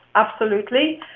absolutely.